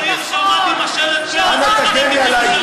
היה אזרח צעיר שעמד עם השלט "פרס יחלק את ירושלים",